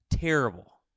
Terrible